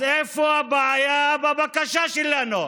אז איפה הבעיה בבקשה שלנו?